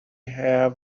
have